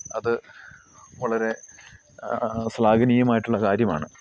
അത് വളരെ സ്ലാഗനീയമായിട്ടുള്ള കാര്യമാണ്